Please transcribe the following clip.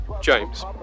James